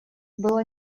было